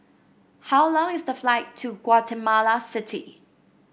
how long is the flight to Guatemala City